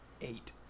eight